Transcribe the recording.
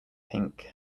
pink